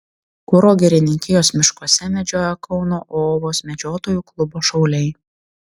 kuro girininkijos miškuose medžioja kauno ovos medžiotojų klubo šauliai